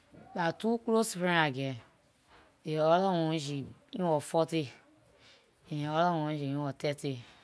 Dah two close friend I geh. Dey orda one she in her forty and dey orda one she in her thirty.